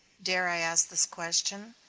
dare i ask this question?